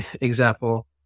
example